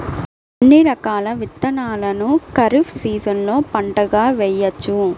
ఎన్ని రకాల విత్తనాలను ఖరీఫ్ సీజన్లో పంటగా వేయచ్చు?